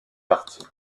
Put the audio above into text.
partie